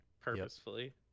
Purposefully